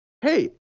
hey